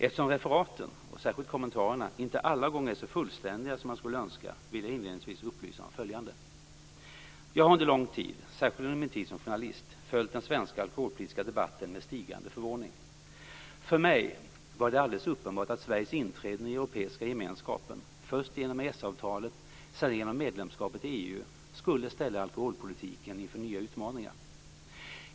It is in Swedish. Eftersom referaten - och särskilt kommentarerna - inte alla gånger är så fullständiga som man skulle önska vill jag inledningsvis upplysa om följande. Jag har under lång tid - särskilt under min tid som journalist - följt den svenska alkoholpolitiska debatten med stigande förvåning. För mig var det alldeles uppenbart att Sveriges inträde i den europeiska gemenskapen, först genom EES-avtalet och sedan genom medlemskapet i EU, skulle ställa alkoholpolitiken inför nya utmaningar.